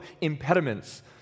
impediments